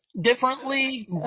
differently